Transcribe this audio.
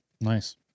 Nice